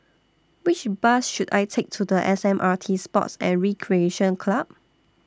Which Bus should I Take to S M R T Sports and Recreation Club